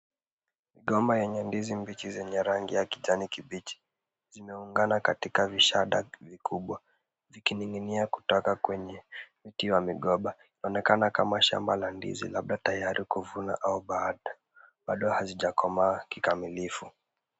Migomba yenye ndizi mbichi zenye rangi ya kijani kibichi, zimeungana katika vishada vikubwa. Vikining'inia kutoka kwenye mti wa migomba, yanaonekana kama shamba la ndizi. Labda tayari kuvuna au baadaye. Bado hazijakomaa kikamilifu.